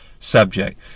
subject